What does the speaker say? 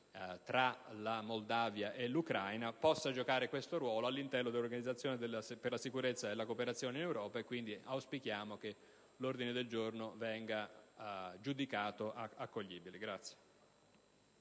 tra la Moldavia e l'Ucraina, possa giocare questo ruolo all'interno dell'Organizzazione per la sicurezza e la cooperazione in Europa. Auspichiamo quindi che l'ordine del giorno venga giudicato accoglibile.